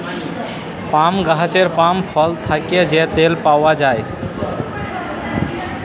পাম গাহাচের পাম ফল থ্যাকে যে তেল পাউয়া যায়